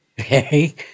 okay